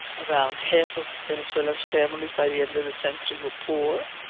around half of venezuela's families by the end of the century were poor,